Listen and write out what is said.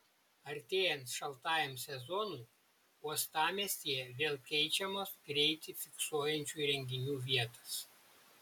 artėjant šaltajam sezonui uostamiestyje vėl keičiamos greitį fiksuojančių įrenginių vietos